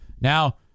now